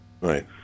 Right